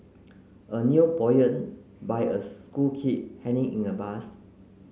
a new poem by a school kid hanging in a bus